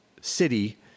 city